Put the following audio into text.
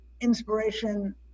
inspiration